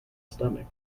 stomach